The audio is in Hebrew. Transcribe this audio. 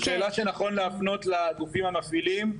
זו שאלה שנכון להפנות לגופים המפעילים,